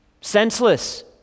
senseless